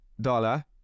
dollar